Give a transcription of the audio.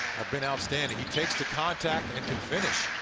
have been outstanding. he takes the contact and can finish.